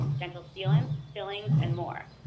dental sealants, fillings, and more.